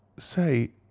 say,